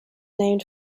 named